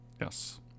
yes